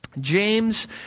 James